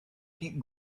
keep